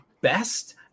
best